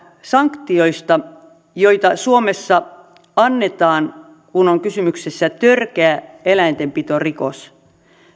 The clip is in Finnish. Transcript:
sanktioista joita suomessa annetaan kun on kysymyksessä törkeä eläintenpitorikos